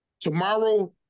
tomorrow